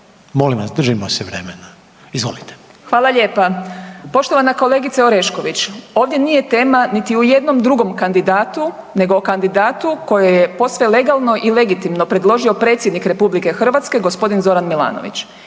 Molim vas držimo se vremena! Izvolite. **Ahmetović, Mirela (SDP)** Hvala lijepa. Poštovana kolegice Orešković ovdje nije tema niti o jednom drugom kandidatu, nego o kandidatu koji je posve legalno i legitimno predložio predsjednik Republike Hrvatske gospodin Zoran Milanović.